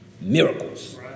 miracles